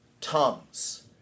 tongues